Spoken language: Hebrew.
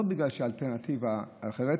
זה לא בגלל שהאלטרנטיבה אחרת.